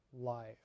life